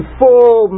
full